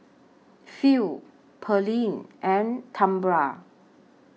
Phil Pearlene and Tambra